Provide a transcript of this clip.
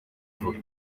mvura